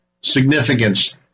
significance